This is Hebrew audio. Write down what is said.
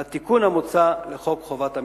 והתיקון המוצע לחוק חובת המכרזים.